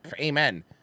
Amen